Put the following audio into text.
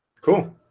Cool